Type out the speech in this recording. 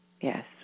Yes